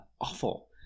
awful